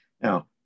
Now